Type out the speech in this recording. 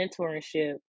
mentorship